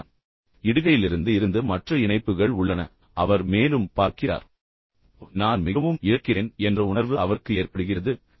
அவர் இடுகைக்கு செல்கிறார் இடுகையிலிருந்து இருந்து மற்ற இணைப்புகள் உள்ளன பின்னர் அவர் மேலும் பார்ப்போம் என்று நினைக்கிறார் ஓ நான் மிகவும் இழக்கிறேன் என்ற உணர்வு அவருக்கு ஏற்படுகிறது எனவே அவர் என்ன செய்கிறார்